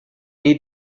need